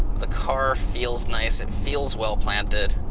the car feels nice, it feels well planted,